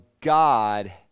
God